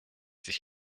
sich